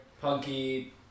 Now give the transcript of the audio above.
Punky